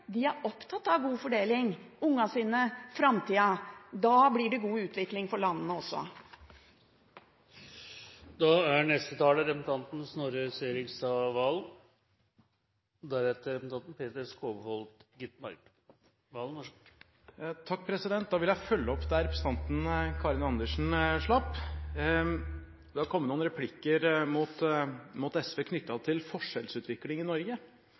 De er opptatt av god fordeling, ungene sine og framtida. Da blir det god utvikling for landene også. Da vil jeg følge opp der representanten Karin Andersen slapp. Det har kommet noen replikker mot SV knyttet til forskjellsutviklingen i Norge. Hele komiteen slutter seg til at Gini-koeffisienten er en god måte å måle forskjeller internt i et land på. I internasjonal sammenheng har Norge